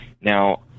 now